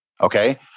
Okay